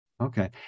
Okay